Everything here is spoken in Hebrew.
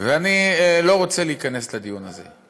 ואני לא רצה להיכנס לדיון הזה,